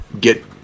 get